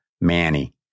Manny